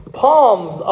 palms